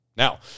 Now